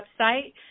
website